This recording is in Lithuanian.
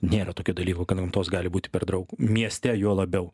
nėra tokio dalyko kad gamtos gali būti per draug mieste juo labiau